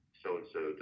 so-and-so